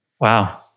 Wow